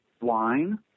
wine